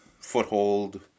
foothold